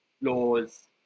laws